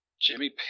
Jimmy